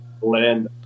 blend